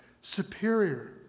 superior